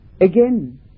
again